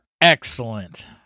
excellent